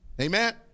amen